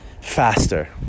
faster